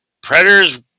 Predators